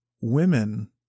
women